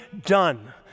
done